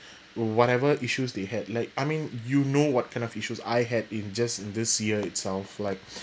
whatever issues they had like I mean you know what kind of issues I had in just in this year itself like